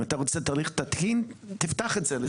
אם אתה רוצה תהליך תקין תפתח את זה.